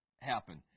happen